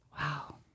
Wow